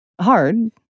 Hard